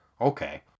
Okay